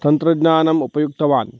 तन्त्रज्ञानम् उपयुक्तवान्